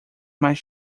mais